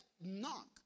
knock